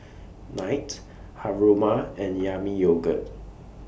Knight Haruma and Yami Yogurt